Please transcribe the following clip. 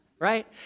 right